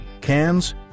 cans